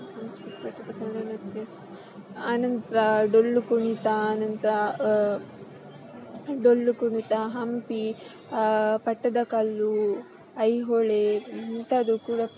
ಸಂಸ್ಕೃತಿ ಆ ನಂತರ ಡೊಳ್ಳು ಕುಣಿತ ಅನಂತ್ರ ಡೊಳ್ಳು ಕುಣಿತ ಹಂಪಿ ಪಟ್ಟದಕಲ್ಲು ಐಹೊಳೆ ಇಂತದ್ದು ಕೂಡ